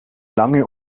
lange